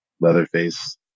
Leatherface